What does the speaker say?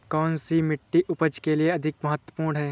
कौन सी मिट्टी उपज के लिए अधिक महत्वपूर्ण है?